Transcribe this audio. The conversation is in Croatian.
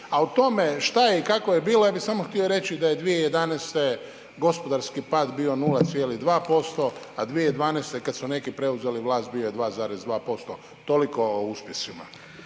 A o tome šta i kako je bilo, ja bih samo htio reći da je 2011. gospodarski pad bio 0,2%, a 2012. kada su neki preuzeli vlast bio je 2,2%. Toliko o uspjesima.